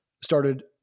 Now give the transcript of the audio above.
started